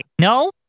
No